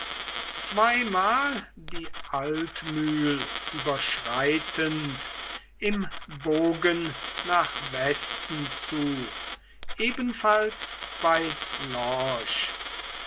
zweimal die altmühl überschreitend im bogen nach westen zu ebenfalls bis